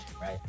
right